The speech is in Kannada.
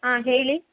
ಹಾಂ ಹೇಳಿ